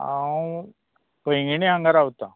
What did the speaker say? हांव पैंगिणी हांगा रावता